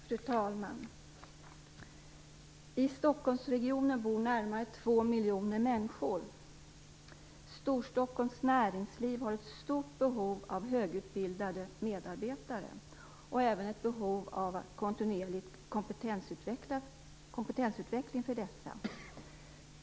Fru talman! I Stockholmsregionen bor närmare 2 miljoner människor. Storstockholms näringsliv har ett stort behov av högutbildade medarbetare, och även ett behov av kontinuerlig kompetensutveckling för dessa.